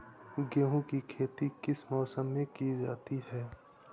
गेहूँ की खेती किस मौसम में की जाती है?